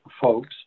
folks